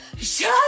shut